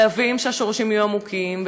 חייבים שהשורשים יהיו עמוקים,